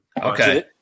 Okay